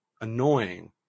annoying